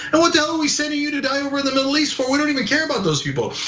and what the hell are we sending you today over the middle east for? we don't even care about those people.